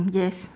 yes